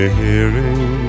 hearing